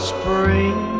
spring